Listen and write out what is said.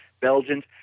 Belgians